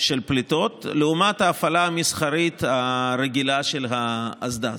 של פליטות לעומת ההפעלה המסחרית הרגילה של האסדה,